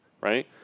right